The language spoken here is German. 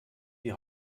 die